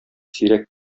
сирәк